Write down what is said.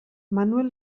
manuel